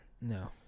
No